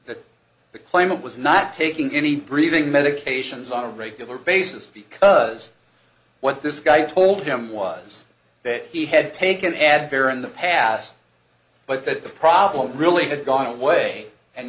that the claimant was not taking any breathing medications on a regular basis because what this guy told him was that he had taken advair in the past but that the problem really had gone away and